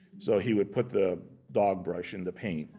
so he would put the dog brush in the paint.